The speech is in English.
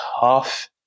tough